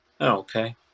okay